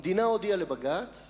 המדינה הודיעה לבג"ץ